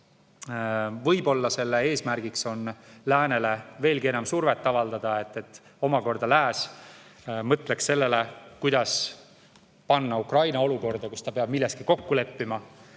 Võib-olla on selle eesmärk läänele veelgi enam survet avaldada, et lääs mõtleks sellele, kuidas panna Ukraina olukorda, kus ta peab milleski kokku leppima.